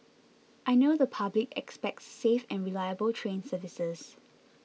I know the public expects safe and reliable train services